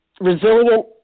resilient